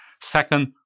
Second